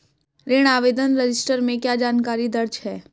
ऋण आवेदन रजिस्टर में क्या जानकारी दर्ज है?